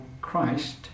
Christ